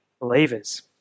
believers